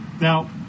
Now